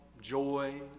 joy